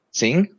sing